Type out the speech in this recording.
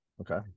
okay